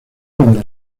cuando